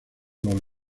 los